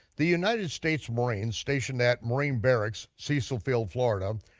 the united states marines stationed at marine barracks, cecil field, florida,